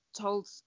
told